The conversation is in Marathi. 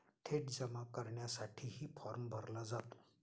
थेट जमा करण्यासाठीही फॉर्म भरला जातो